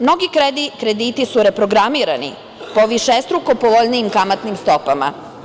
Mnogi krediti su reprogramirani, po višestruko povoljnijim kamatnim stopama.